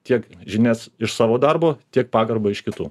tiek žinias iš savo darbo tiek pagarbą iš kitų